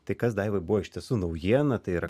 tai kas daivai buvo iš tiesų naujiena tai yra